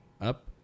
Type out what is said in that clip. up